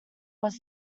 was